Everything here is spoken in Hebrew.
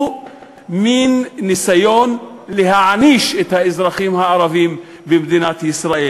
הוא מין ניסיון להעניש את האזרחים הערבים במדינת ישראל.